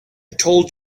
told